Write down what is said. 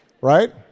right